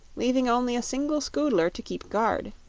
leaving only a single scoodler to keep guard.